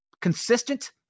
consistent